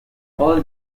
all